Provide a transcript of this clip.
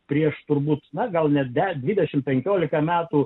prieš turbūt na gal net dešimt penkiolika metų